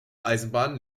eisenbahnen